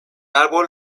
árbol